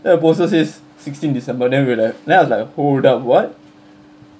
then the poster says sixteen december then we were like then I was like hold up what